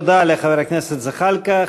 תודה לחבר הכנסת זחאלקה.